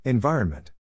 Environment